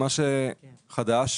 מה שחדש